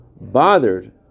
bothered